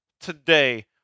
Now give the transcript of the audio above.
today